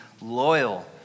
loyal